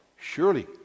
Surely